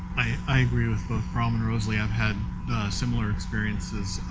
i agree with both brom and rosalie. i've had similar experiences,